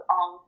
on